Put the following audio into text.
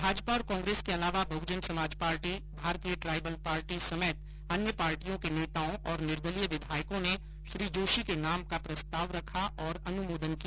भाजपा और कांग्रेस के अलावा Bahujan Samaj party Bharatiya tribal party समेत अन्य पार्टियों के नेताओं और निर्दलीय विधायकों ने श्री जोषी के नाम का प्रस्ताव रखा और अनुमोदन किया